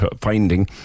finding